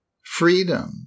freedom